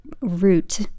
root